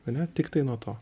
ane tiktai nuo to